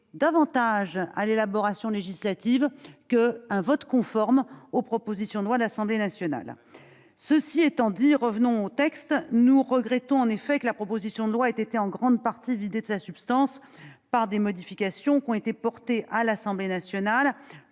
davantage à l'élaboration législative qu'un vote conforme aux propositions de loi de l'Assemblée nationale. C'est bien vrai ! Nous regrettons en effet que la proposition de loi ait été en grande partie vidée de sa substance par des modifications apportées à l'Assemblée nationale